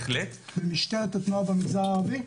במשטרת התנועה במגזר הערבי?